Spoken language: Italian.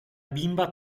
bimba